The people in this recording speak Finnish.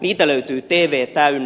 niitä löytyy tv täynnä